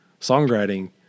songwriting